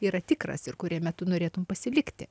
yra tikras ir kuriame tu norėtum pasilikti